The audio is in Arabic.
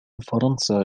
فرنسا